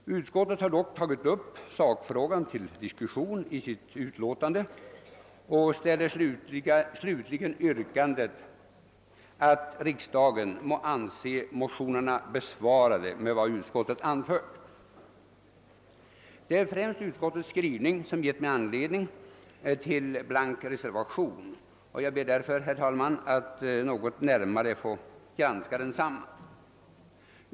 Utskottet har dock tagit upp sakfrågan till diskussion i sitt utlåtande och ställer slutligen yrkandet att riksdagen må anse motionerna besvarade med vad utskottet anfört. Det är främst utskottets motivering som gett mig anledning till blank reservation, och jag ber därför, herr talman, att närmare få granska denna skrivning.